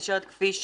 נשארת כפי שהיא,